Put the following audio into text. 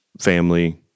family